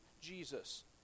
Jesus